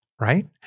Right